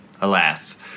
alas